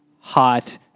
hot